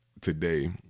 today